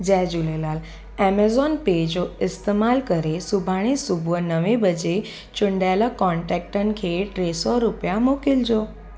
जय Jhulelal Amazon पे जो इस्तेमालु करे सुभाणे सुबुह नवें बजे चूंडियलु कोन्टेकटनि खे टे सौ रुपिया मोकिलिजो